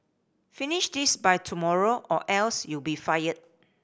finish this by tomorrow or else you'll be fired